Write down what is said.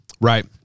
Right